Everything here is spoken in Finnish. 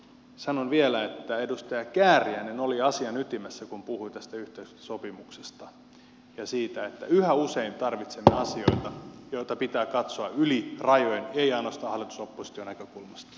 sanon vielä että edustaja kääriäinen oli asian ytimessä kun puhui yhteiskuntasopimuksesta ja siitä että yhä usein tarvitsemme asioita joita pitää katsoa yli rajojen ei ainoastaan hallitusoppositio näkökulmasta